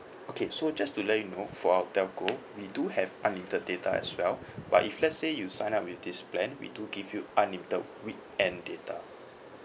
okay so just to let you know for our telco we do have unlimited data as well but if let's say you sign up with this plan we do give you unlimited weekend data